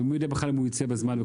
ומי יודע אם הוא ייצא בכלל בזמן.